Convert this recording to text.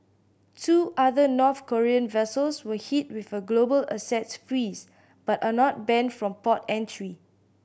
two other North Korean vessels were hit with a global assets freeze but are not banned from port entry